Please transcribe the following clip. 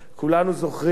כולנו זוכרים,